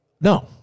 No